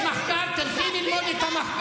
תביא גזר דין אחד, יש מחקר, תלכי ללמוד את המחקר.